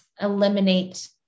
eliminate